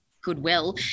goodwill